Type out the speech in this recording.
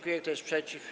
Kto jest przeciw?